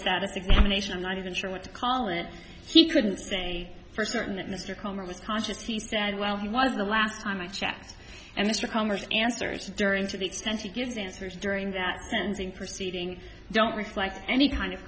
status examination not even sure what to call it he couldn't say for certain that mr connor was conscious he said well he was the last time i checked and mr commers answers during to the extent he gives answers during that fencing proceeding don't reflect any kind of